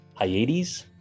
Hiades